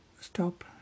stop